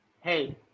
hey